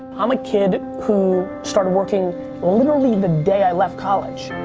i'm a kid who started working literally, the day i left college.